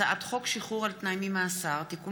הצעת חוק שחרור על תנאי ממאסר (תיקון